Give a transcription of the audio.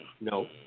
No